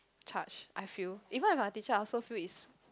charge I feel even if I'm teacher I also feel is